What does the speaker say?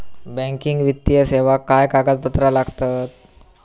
Banking वित्तीय सेवाक काय कागदपत्र लागतत?